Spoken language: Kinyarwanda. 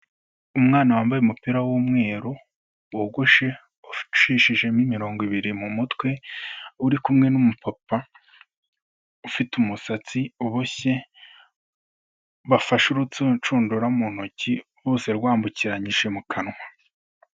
Umwana wambaye umupira w'umweru wogoshe ucishijemo imirongo ibiri mu mutwe uri kumwe n'umupapa, ufite umusatsi uboshye bafashe urucundura mu ntoki bose rwambukiranyije mu kanwa